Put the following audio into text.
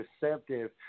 receptive